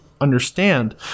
understand